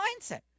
mindset